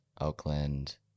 oakland